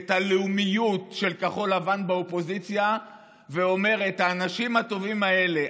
את הלאומיות של כחול לבן באופוזיציה ואומרת: האנשים הטובים האלה,